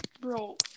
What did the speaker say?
bro